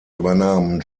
übernahmen